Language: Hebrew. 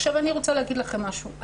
עכשיו אני רוצה להגיד לכם משהו.